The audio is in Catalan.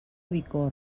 bicorb